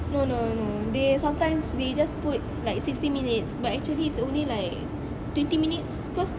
no no no they sometimes they just put like sixty minutes but actually it's only like twenty minutes cause